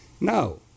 No